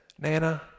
Nana